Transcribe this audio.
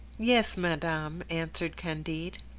yes, madame, answered candide.